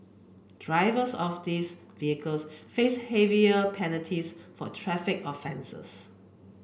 drivers of these vehicles face heavier penalties for traffic offences